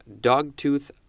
dogtooth